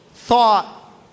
thought